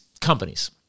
companies